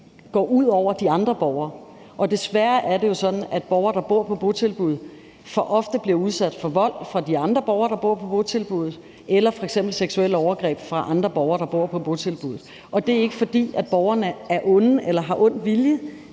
går ud over de andre borgere. Desværre er det jo sådan, at borgere, der bor på botilbud, for ofte bliver udsat for vold fra de andre borgere, der bor på botilbuddet, eller f.eks. for seksuelle overgreb fra andre borgere, der bor på botilbuddet. Og det er ikke, fordi borgerne er onde eller har ond vilje;